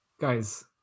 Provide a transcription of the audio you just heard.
guys